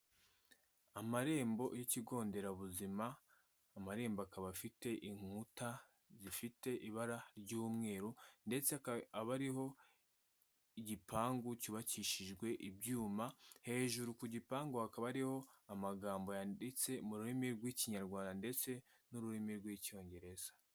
Amarembo y'ikigo nderabuzima, amarembo akaba afite inkuta gifite ibara ry'umweru ndetse akaba ariho igipangu cyubakishijwe ibyuma, hejuru ku gipangu hakaba hariho amagambo yanditse mu rurimi rw'Ikinyarwanda ndetse n'ururimi rw'Icyongereza.